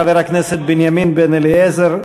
חבר הכנסת בנימין בן-אליעזר,